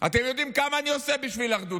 אתם יודעים כמה אני עושה בשביל אחדות.